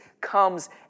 comes